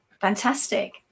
Fantastic